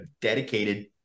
dedicated